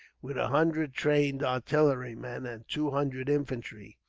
with a hundred trained artillerymen, and two hundred infantry.